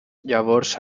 llavors